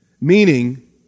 Meaning